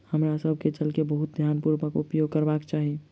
हमरा सभ के जल के बहुत ध्यानपूर्वक उपयोग करबाक चाही